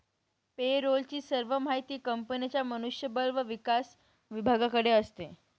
पे role ची सर्व माहिती कंपनीच्या मनुष्य बळ व विकास विभागाकडे असते